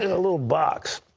and a little box.